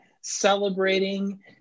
celebrating